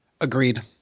Agreed